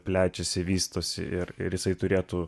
plečiasi vystosi ir ir jisai turėtų